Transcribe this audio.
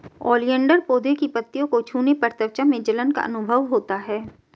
oleander पौधे की पत्तियों को छूने पर त्वचा में जलन का अनुभव होता है